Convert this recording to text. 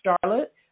Charlotte